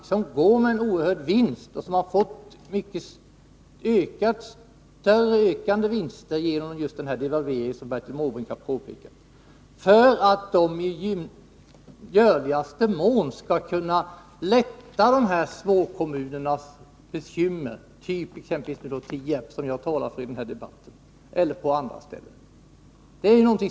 Det är ett företag som går med en oerhört stor vinst och har fått, som Bertil Måbrink påpekat, ökande vinster just genom devalveringen. Vad kan regeringen kräva av detta företag för att det i möjligaste mån skall kunna lätta bekymren för berörda småkommuner, exempelvis Tierp, som jag talat om i den här debatten?